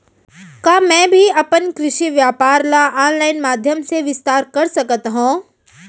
का मैं भी अपन कृषि व्यापार ल ऑनलाइन माधयम से विस्तार कर सकत हो?